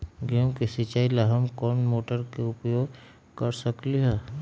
गेंहू के सिचाई ला हम कोंन मोटर के उपयोग कर सकली ह?